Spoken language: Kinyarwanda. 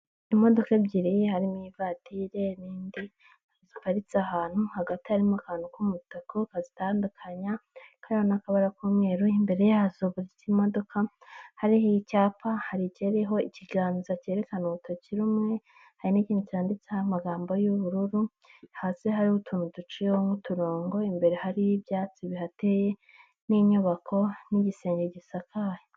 Imodoka ebyiri harimo ivatiri n'indi ziparitse ahantu, hagati harimo akantu k'umutuku kazitandukanya. Hakaba hariho n'akabara k'umweru. Imbere yazo imodoka hariho icyapa kiriho ikiganza cyerekana urutoki rumwe, hari n'ikindi cyanditseho amagambo y'ubururu, hasi hariho utuntu duciye nk'uturongo. Imbere hari ibyatsi bihateye, n'inyubako, n'igisenge gisakaye.